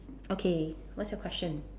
okay what's your question